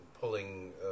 pulling